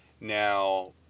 Now